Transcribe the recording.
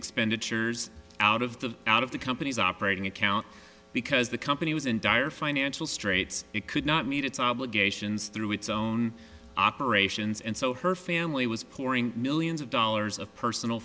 expenditures out of the out of the company's operating account because the company was in dire financial straits it could not meet its obligations through its own operations and so her family was pouring millions of dollars of personal